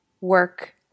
work